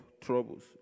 troubles